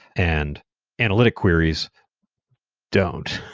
and analytic queries don't.